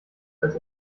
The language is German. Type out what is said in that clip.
als